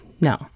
no